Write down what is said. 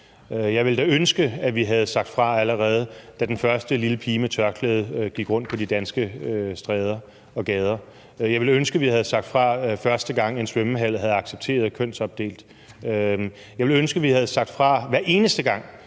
Jeg ville da ønske, at vi havde sagt fra, allerede da den første lille pige med tørklæde gik rundt på de danske stræder og gader. Og jeg ville ønske, at vi havde sagt fra, første gang en svømmehal havde accepteret kønsopdeling. Jeg ville ønske, at vi havde sagt fra, hver eneste gang